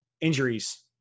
injuries